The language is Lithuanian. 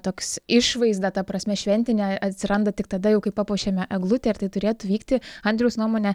toks išvaizda ta prasme šventinė atsiranda tik tada jau kai papuošiame eglutę ir tai turėtų vykti andriaus nuomone